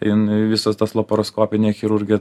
in visas tas laparoskopinė chirurgija